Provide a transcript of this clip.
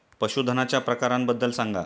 पशूधनाच्या प्रकारांबद्दल सांगा